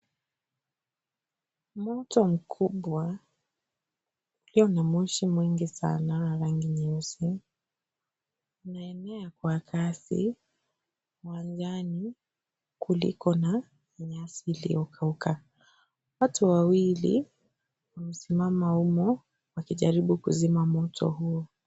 Moto mkubwa ulio na moshi mwingi sana wa rangi nyeusi, unaenea kwa kasi, nyanjani kuliko na nyasi iliyokauka, watu wawili wamesimama humo kujaribu kuzima moto huo.